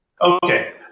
Okay